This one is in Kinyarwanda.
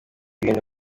ibintu